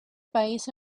país